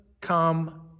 come